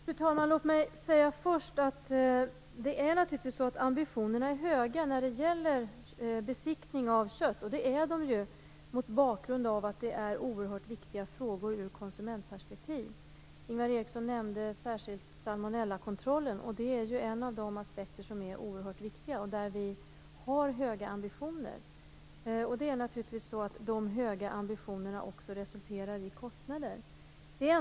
Fru talman! Låt mig först säga att ambitionerna naturligtvis är höga när det gäller besiktning av kött. Det är de mot bakgrund av att det är oerhört viktiga frågor ur konsumentperspektiv. Ingvar Eriksson nämnde särskilt salmonellakontrollen. Det är en av de aspekter som är oerhört viktiga och där vi har höga ambitioner. De höga ambitionerna resulterar också i kostnader.